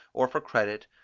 or for credit,